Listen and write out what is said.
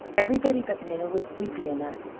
everybody but minna was sleepy enough,